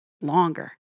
longer